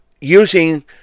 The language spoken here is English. using